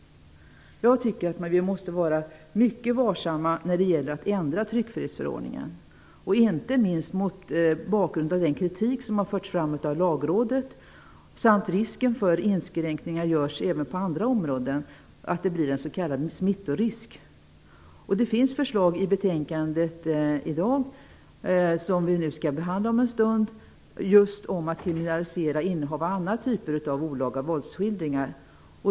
Jag tycker att vi måste vara mycket varsamma när det gäller att ändra tryckfrihetsförordningen, inte minst mot bakgrund av den kritik som förts fram av Lagrådet och risken för att inskränkningar görs även på andra områden. Det kan bli s.k. smittorisk. Det finns ju förslag om att kriminalisera just innehav av annan typ av olaga våldsskildringar.